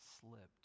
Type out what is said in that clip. slipped